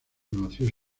conoció